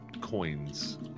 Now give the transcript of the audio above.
coins